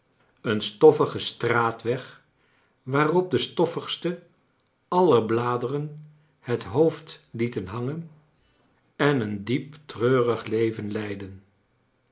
een stoffigen straatweg waarop de stoffigste aller bladeren het hoofd lie ten hangen en een diep treurig leven leidden